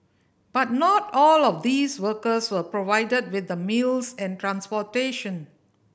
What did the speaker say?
but not all of these workers were provided with the meals and transportation